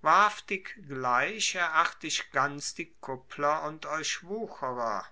wahrhaftig gleich eracht ich ganz die kuppler und euch wuchrer